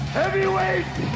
heavyweight